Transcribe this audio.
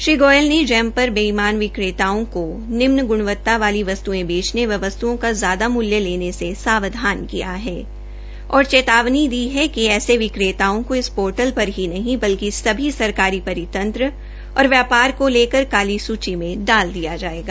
श्री गोयल ने जैम पर बेइमान विक्रेताओं को निम्न गुणवता वाली वस्तुओं बेचने व वस्त्ओं का ज्यादा मूल्य लेने से सावधान किया है और चेतावनी दी है कि ऐसे विक्रेताओं को इस पोर्टल पर ही नहीं बल्कि सभी सरकारी परितंत्र और व्यापार को लेकर काली सूची में डाल दिया जायेगा